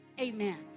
amen